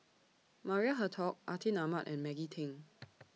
Maria Hertogh Atin Amat and Maggie Teng